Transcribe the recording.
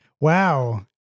Wow